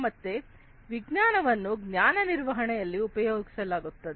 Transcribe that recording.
ಮತ್ತೆ ವಿಜ್ಞಾನವನ್ನು ಜ್ಞಾನ ನಿರ್ವಹಣೆಯಲ್ಲಿ ಉಪಯೋಗಿಸಲಾಗುತ್ತದೆ